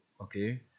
okay